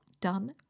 done